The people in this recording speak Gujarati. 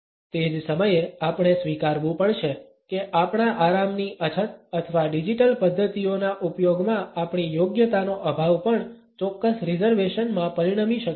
તે જ સમયે આપણે સ્વીકારવું પડશે કે આપણા આરામની અછત અથવા ડિજિટલ પદ્ધતિઓના ઉપયોગમાં આપણી યોગ્યતાનો અભાવ પણ ચોક્કસ રિઝર્વેશન માં પરિણમી શકે છે